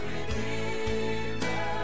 Redeemer